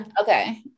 okay